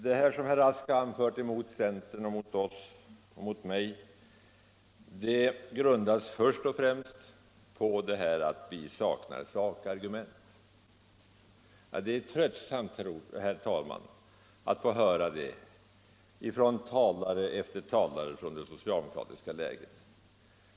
Detta som herr Rask har anfört mot centern och mot mig grundas först och främst på att vi skulle sakna sakargument. Det är tröttsamt, herr talman, att få höra det av talare efter talare från det socialdemokratiska lägret.